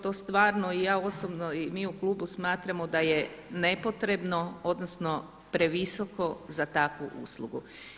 To stvarno i ja osobno i mi u klubu smatramo da je nepotrebno, odnosno previsoko za takvu uslugu.